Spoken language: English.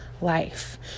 life